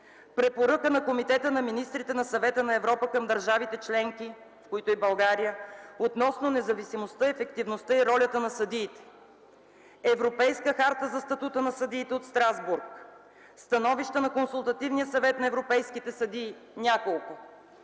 Препоръка на Комитета на министрите на Съвета на Европа към държавите членки, в които е и България, относно независимостта, ефективността и ролята на съдиите; Европейска харта за статута на съдиите от Страсбург; становища на Консултативния съвет на европейските съдии – няколко.